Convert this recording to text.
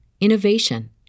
innovation